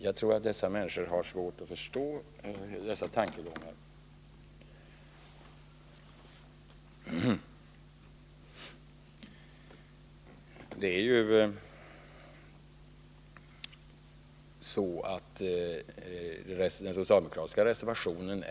Jag tror att dessa människor har svårt att förstå de här tankegångarna.